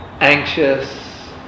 anxious